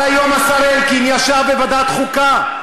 אבל היום השר אלקין ישב בוועדת החוקה,